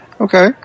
Okay